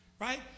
right